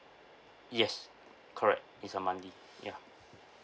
yes correct it's a monthly ya